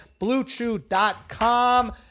bluechew.com